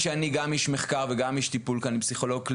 כשאני צריכה לרפא את עצמי אני צמה.